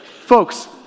Folks